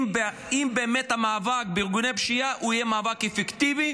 אם באמת המאבק בארגוני פשיעה יהיה מאבק אפקטיבי